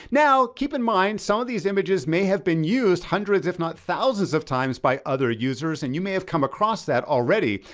now, keep in mind, some of these images may have been used hundreds, if not thousands of times by other users. and you may have come across that already,